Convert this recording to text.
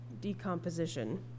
decomposition